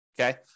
okay